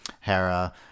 Hera